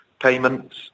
payments